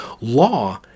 Law